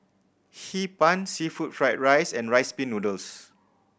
Hee Pan seafood fried rice and Rice Pin Noodles